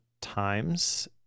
times